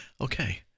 Okay